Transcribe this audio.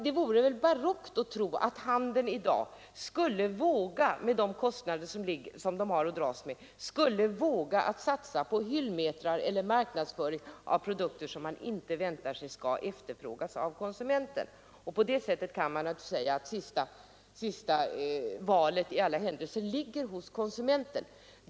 Det vore barockt att tro att handeln i dag, med de handlande gentemot Chile inom den s.k. Parisklubben kostnader som handeln har att dras med, skulle våga satsa på hyllmetrar med lagrade varor eller på marknadsföring av produkter som handeln inte väntar sig skall efterfrågas av konsumenten. Därför kan man naturligtvis säga att valet till sist ligger hos konsumenten.